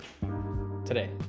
today